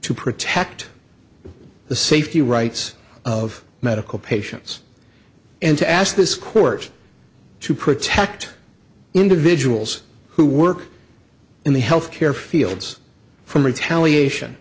to protect the safety rights of medical patients and to ask this court to protect individuals who work in the health care fields from retaliation